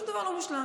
שום דבר לא מושלם.